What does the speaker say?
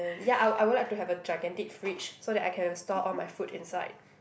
and ya I will I will like to have a gigantic fridge so that I can store all my food inside